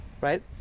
right